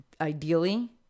ideally